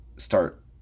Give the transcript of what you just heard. start